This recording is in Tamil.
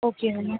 ஓகேங்க மேம்